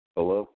Hello